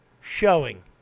showing